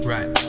Right